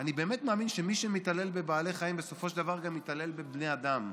אני באמת מאמין שמי שמתעלל בבעלי חיים בסופו של דבר גם מתעלל בבני האדם.